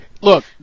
Look